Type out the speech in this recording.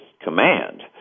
command